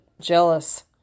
jealous